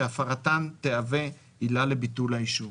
שהפרתן תהווה עילה לביטול האישור.